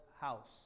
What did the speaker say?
house